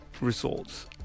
results